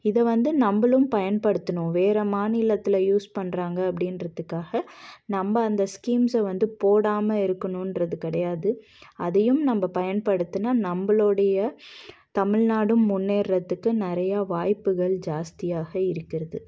இது வந்து நம்மளும் பயன்படுத்துணும் வேறு மாநிலத்தில் யூஸ் பண்ணுறாங்க அப்படின்றதுக்காக நம்ம அந்த ஸ்கீம்ஸை வந்து போடாமல் இருக்கணுங்றது கிடையாது அதையும் நம்ம பயன்படுத்துனால் நம்மளுடைய தமிழ் நாடும் முன்னேறதுக்கு நிறையா வாய்ப்புகள் ஜாஸ்தியாக இருக்கிறது